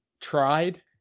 tried